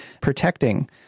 protecting